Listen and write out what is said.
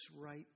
right